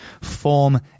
form